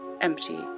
empty